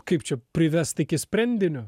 kaip čia privest iki sprendinio